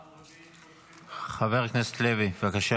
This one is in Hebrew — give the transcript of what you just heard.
פעם רביעית פותחים תקציב, 33 מיליארד שקלים תוספת.